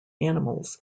animals